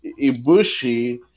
Ibushi